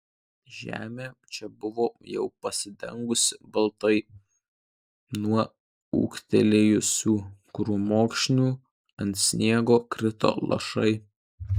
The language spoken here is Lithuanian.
žemė čia buvo jau pasidengusi baltai nuo ūgtelėjusių krūmokšnių ant sniego krito lašai